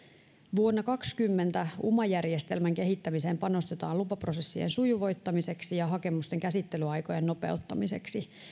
vuonna kaksikymmentä uma järjestelmän kehittämiseen panostetaan lupaprosessien sujuvoittamiseksi ja hakemusten käsittelyaikojen nopeuttamiseksi